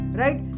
right